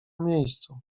miejscu